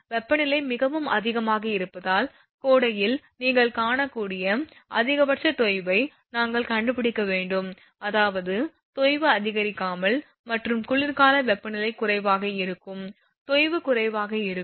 வெப்பநிலை மிகவும் அதிகமாக இருப்பதால் கோடையில் நீங்கள் காணக்கூடிய அதிகபட்ச தொய்வை நாங்கள் கண்டுபிடிக்க வேண்டும் அதாவது தொய்வு அதிகரிக்கலாம் மற்றும் குளிர்கால வெப்பநிலை குறைவாக இருக்கும் தொய்வு குறைவாக இருக்கும்